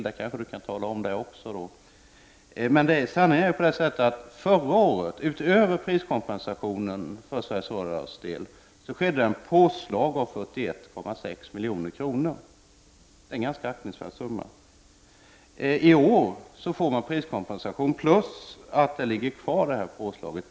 Det kanske Alexander Chrisopoulos kan tala om för mig. Men utöver priskompensationen får Sveriges Radio ett påslag på 41,6 miljoner, och det är en ganska aktningsvärd summa. I år får man priskompensation plus påslaget.